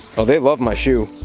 oh they love my shoe.